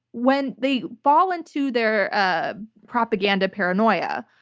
when they fall in to their ah propaganda paranoia,